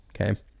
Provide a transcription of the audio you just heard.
Okay